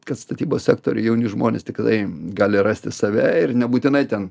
kad statybos sektoriuj jauni žmonės tikrai gali rasti save ir nebūtinai ten